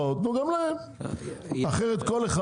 תנו גם להם את מה שיש בחברות,